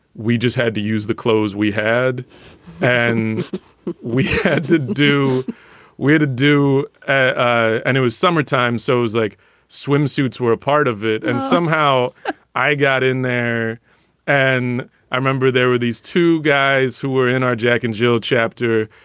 we just had to use the clothes we had and we had to do we to do. ah and it was summertime. so was like swimsuits were a part of it. and somehow i got in there and i remember there were these two guys who were in our jack and jill chapter.